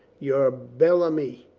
your bel ami,